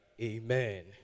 Amen